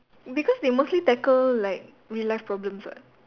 because they mostly tackle like real life problems [what]